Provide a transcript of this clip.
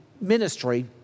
ministry